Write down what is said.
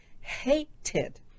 hated